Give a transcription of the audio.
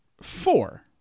four